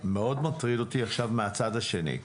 ומאוד מטריד אותי עכשיו הצד השני,